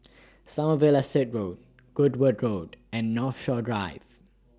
Sommerville Said Road Goodwood Road and Northshore Drive